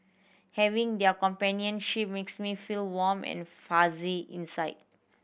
having their companionship makes me feel warm and fuzzy inside